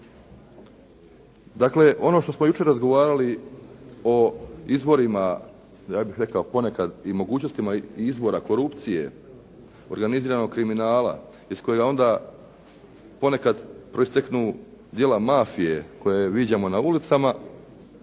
Dakle ono što smo jučer razgovarali o izborima, ja bih rekao ponekad i mogućnostima izbora korupcije, organiziranog kriminala iz kojega onda ponekad proisteknu djela mafije koje viđamo na ulicama